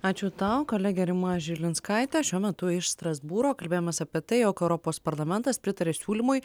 ačiū tau kolegė rima žilinskaitė šiuo metu iš strasbūro kalbėjomės apie tai jog europos parlamentas pritarė siūlymui